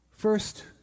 First